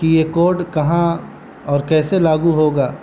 کہ یہ کوڈ کہاں اور کیسے لاگو ہوگا